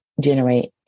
generate